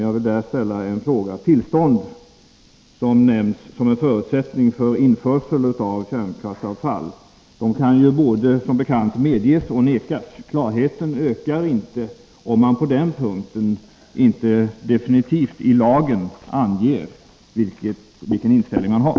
Jag vill där göra ett konstaterande. Det tillstånd som nämns såsom en förutsättning för införsel av kärnkraftsavfall kan som bekant antingen medges eller vägras. Klarheten ökar, om man på den punkten i lagen anger vilken inställning man har.